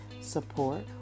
support